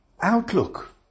outlook